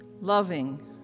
loving